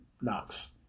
Knox